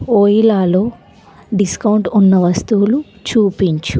వోయిలాలో discount ఉన్న వస్తువులు చూపించు